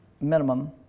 Minimum